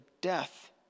death